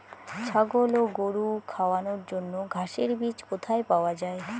ছাগল ও গরু খাওয়ানোর জন্য ঘাসের বীজ কোথায় পাওয়া যায়?